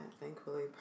Thankfully